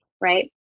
Right